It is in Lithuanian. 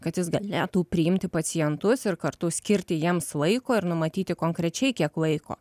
kad jis galėtų priimti pacientus ir kartu skirti jiems laiko ir numatyti konkrečiai kiek laiko